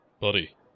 Buddy